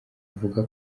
avuga